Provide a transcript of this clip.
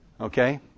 Okay